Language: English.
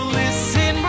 listen